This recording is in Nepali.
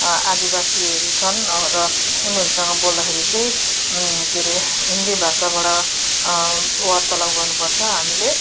आदिवासीहरू छन् र उनीहरूसँग बोल्दाखेरि चाहिँ के अरे हिन्दी भाषाबाट वार्तालाप गर्नुपर्छ हामीले